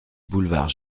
boulevard